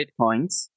bitcoins